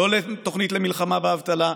לא לתוכנית למלחמה באבטלה,